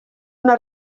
una